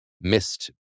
missed